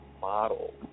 model